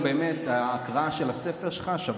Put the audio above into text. בבקשה אל תפריע לי, כי באמת בלתי ניתן להתרכז.